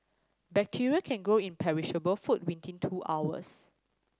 bacteria can grow in perishable food within two hours